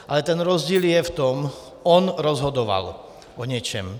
Ale ten rozdíl je v tom, on rozhodoval o něčem.